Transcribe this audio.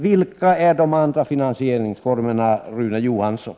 Vilka är dessa andra finansieringsformer, Rune Johansson?